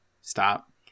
stop